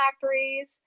factories